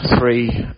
three